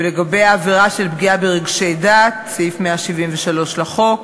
ולגבי העבירה של פגיעה ברגשי דת, סעיף 173 לחוק,